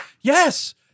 yes